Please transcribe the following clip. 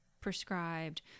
prescribed